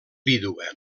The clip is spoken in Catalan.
vídua